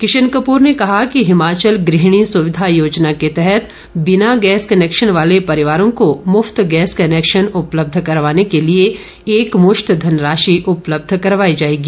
किशन कपूर ने कहा कि हिमाचल गृहणी सुविधा योजना के तहत बिना गैस कनैकशन वाले परिवारों को मुफ़त गैस कनैक्शन उपलब्ध करवाने के लिए एक मुश्त धनराशि उपलब्ध करवायी जाएगी